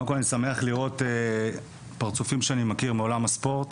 קודם כל אני שמח לראות פרצופים שאני מכיר מעולם הספורט,